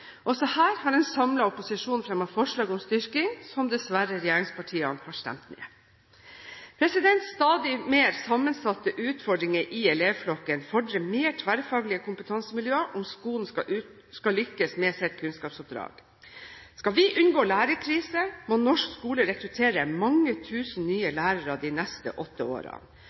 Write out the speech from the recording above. Også her har en samlet opposisjon fremmet forslag om styrking, som regjeringspartiene dessverre har stemt ned. Stadig mer sammensatte utfordringer i elevflokken fordrer mer tverrfaglige kompetansemiljøer om skolen skal lykkes med sitt kunnskapsoppdrag. Skal vi unngå lærerkrise, må norsk skole rekruttere mange tusen nye lærere de neste åtte årene.